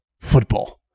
Football